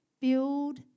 build